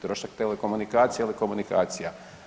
Trošak telekomunikacija ili komunikacija.